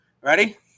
ready